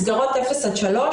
מסגרות 0 עד 3,